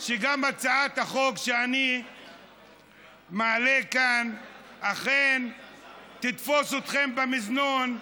שגם הצעת החוק שאני מעלה כאן אכן תתפוס אתכם במזנון,